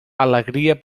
alegria